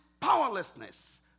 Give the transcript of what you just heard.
powerlessness